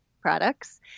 products